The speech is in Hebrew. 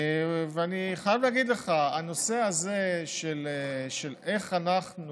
אני חייב להגיד לך שהנושא הזה של איך אנחנו